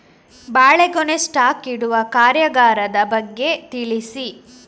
ಬಾಳೆಗೊನೆ ಸ್ಟಾಕ್ ಇಡುವ ಕಾರ್ಯಗಾರದ ಬಗ್ಗೆ ತಿಳಿಸಿ